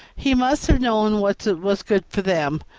he must have known what was good for them,